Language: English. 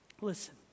Listen